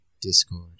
Discord